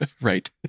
Right